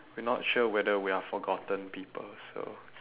we're not sure whether we are forgotten people so